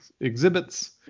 exhibits